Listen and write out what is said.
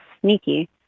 sneaky